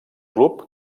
club